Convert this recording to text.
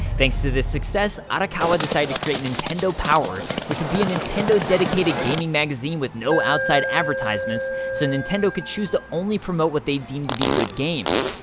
thanks to this success, arakawa decided to create nintendo power which would be a nintendo dedicated gaming magazine with no outside advertisements, so nintendo could choose to only promote what they deemed to be good games.